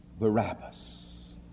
Barabbas